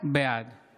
בעד